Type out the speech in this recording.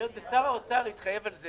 היות ששר האוצר התחייב על זה,